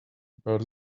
about